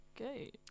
Okay